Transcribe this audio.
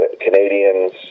Canadians